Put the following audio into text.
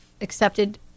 accepted